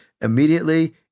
immediately